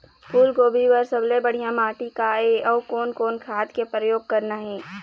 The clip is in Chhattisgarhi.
फूलगोभी बर सबले बढ़िया माटी का ये? अउ कोन कोन खाद के प्रयोग करना ये?